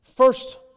First